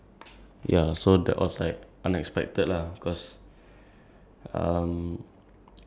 but ya he bought me like one of those uh one of the shirts that um they sell